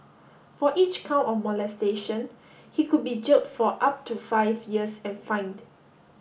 for each count of molestation he could be jailed for up to five years and fined